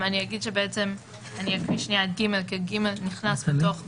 אני אגיד שנייה שבעצם (ג) כ-(ג) נכנס בתוך (ב).